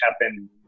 happen